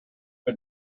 but